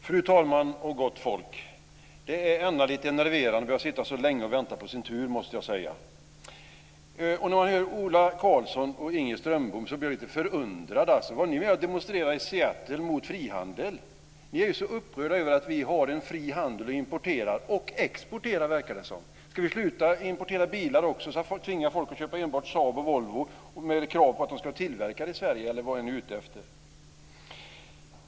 Fru talman och gott folk! Det är lite enerverande att behöva sitta så länge och vänta på sin tur, måste jag säga. När jag hörde Ola Karlsson och Inger Strömbom blev jag lite förundrad. Var ni med och demonstrerade mot frihandel i Seattle? Ni verkar ju vara så upprörda över att vi har en fri handel och importerar och exporterar. Ska vi sluta importera bilar också och tvinga folk att köpa enbart Saab och Volvo, med krav på att de ska vara tillverkade i Sverige, eller vad ni nu är ute efter?